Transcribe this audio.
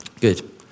good